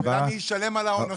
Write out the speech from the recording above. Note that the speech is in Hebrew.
ומי ישלם על --- מי ישלם על הפשעים?